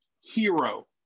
hero